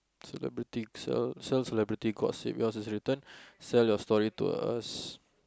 celebrity self self celebrity gossips yours is written sell your stories to us